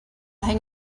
hang